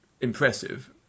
impressive